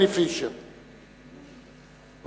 הסתדרות העובדים בישראל, ההסתדרות החדשה,